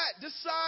Decide